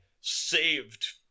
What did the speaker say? saved